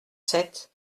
sept